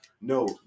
No